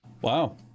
Wow